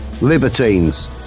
Libertines